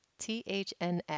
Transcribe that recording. THNX